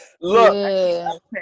Look